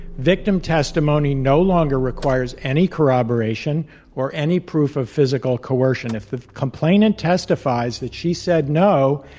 victim testimony no longer requires any corroboration or any proof of physical coercion. if the complainant testifies that she said no,